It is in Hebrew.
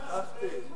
שכחתי.